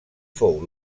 fou